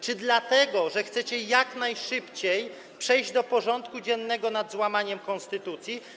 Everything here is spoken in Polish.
Czy dlatego, że chcecie jak najszybciej przejść do porządku dziennego nad złamaniem konstytucji?